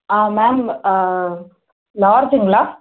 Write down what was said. ஆ ma'am லார்ஜ்ஜிங்களா